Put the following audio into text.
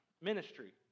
ministry